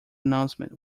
announcement